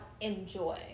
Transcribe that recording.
enjoy